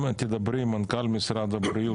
אם תדברי עם מנכ"ל משרד הבריאות,